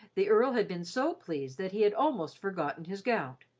the earl had been so pleased that he had almost forgotten his gout.